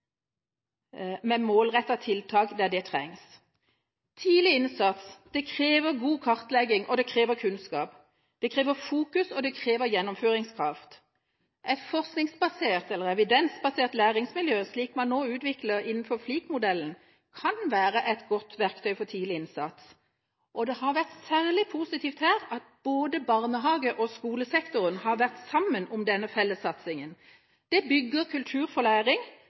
tiltak der det trengs. Tidlig innsats krever god kartlegging, det krever kunnskap, det krever fokus og det krever gjennomføringskraft. Et forskningsbasert, eller evidensbasert, læringsmiljø, slik man nå utvikler i FLiK-modellen, kan være et godt verktøy for tidlig innsats, og det har vært særlig positivt at både barnehage- og skolesektoren har vært sammen om denne fellessatsingen. Det bygger kultur for læring, og